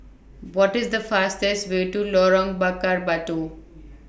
What IS The fastest Way to Lorong Bakar Batu